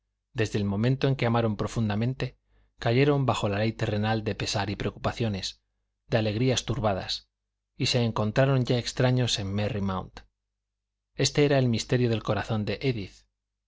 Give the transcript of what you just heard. desde el momento en que amaron profundamente cayeron bajo la ley terrenal de pesar y preocupaciones de alegrías turbadas y se encontraron ya extraños en merry mount éste era el misterio del corazón de édith